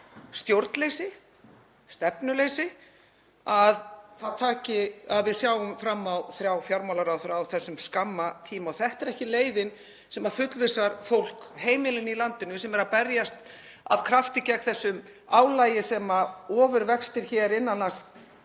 stjórnleysi og stefnuleysi að við fáum þrjá fjármálaráðherra á þessum skamma tíma. Þetta er ekki leiðin sem fullvissar fólk, heimilin í landinu sem eru að berjast af krafti gegn þessu álagi og ofurvextir innan